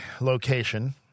location